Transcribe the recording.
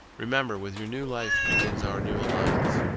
remember, with your new life begins our new alliance.